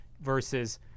versus